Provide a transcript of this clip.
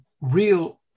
real